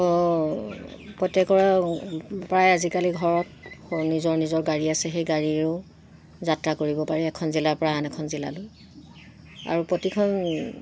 প্ৰত্যেকৰে প্ৰায় আজিকালি ঘৰত নিজৰ নিজৰ গাড়ী আছে সেই গাড়ীৰেও যাত্ৰা কৰিব পাৰি এখন জিলাৰ পৰা আন এখন জিলালৈ আৰু প্ৰতিখন